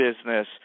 business